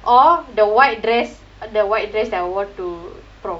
or the white dress uh the white dress that I wore to prom